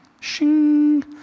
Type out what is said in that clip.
Shing